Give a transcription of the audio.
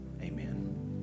Amen